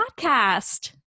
podcast